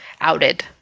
outed